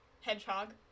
hedgehog